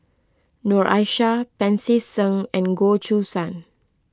Noor Aishah Pancy Seng and Goh Choo San